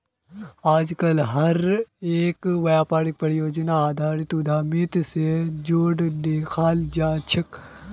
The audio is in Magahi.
आजकल हर एक व्यापारक परियोजनार आधारित उद्यमिता से जोडे देखाल जाये छे